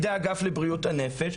האגף לבריאות הנפש,